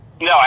No